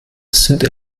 sind